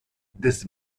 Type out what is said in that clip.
des